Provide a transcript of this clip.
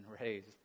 raised